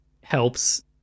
helps